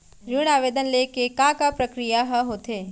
ऋण आवेदन ले के का का प्रक्रिया ह होथे?